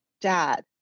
dad